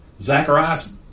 Zacharias